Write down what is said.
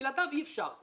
בלעדיו אי אפשר.